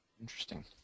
interesting